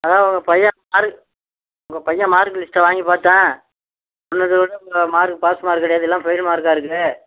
அதான் உங்க பையன் மார்க் உங்க பையன் மார்க் லிஸ்ட்டை வாங்கி பார்த்தேன் ஒன்னுத்தில் கூட மார்க் பாஸ் மார்க் கிடையாது எல்லாம் ஃபெயில் மார்க்காக இருக்கு